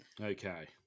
Okay